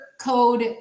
code